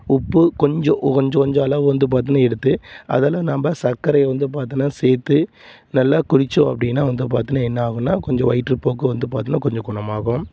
உப்பு கொஞ்சம் கொஞ்சம் கொஞ்சம் அளவு பார்த்தின்னா எடுத்து அதில நம்ம சர்க்கரை வந்து பார்த்தின்னா சேர்த்து நல்லா குடித்தோம் அப்படின்னா வந்து பார்த்தின்னா என்னாகும்னா கொஞ்சம் வயிற்றுப்போக்கு வந்து பார்த்தின்னா கொஞ்சம் குணமாகும்